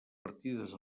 partides